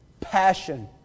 Passion